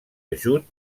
ajut